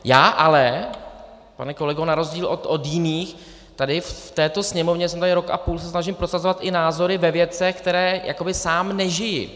Já se ale, pane kolego, na rozdíl od jiných tady v této Sněmovně jsem tady rok a půl snažím tady prosazovat i názory ve věcech, které jakoby sám nežiji.